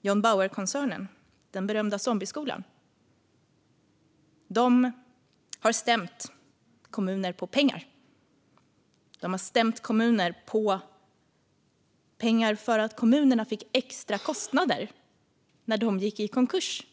John Bauer-koncernen, den berömda zombieskolan, har stämt kommuner på pengar. De har stämt kommuner på pengar för att kommunerna fick extra kostnader när de gick i konkurs.